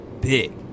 big